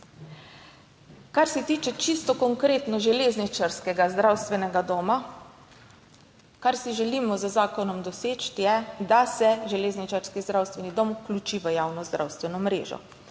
Kar se tiče, čisto konkretno, železničarskega zdravstvenega doma, kar si želimo z zakonom doseči je, da se železničarski zdravstveni dom vključi v javno zdravstveno mrežo.